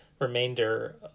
remainder